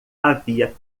havia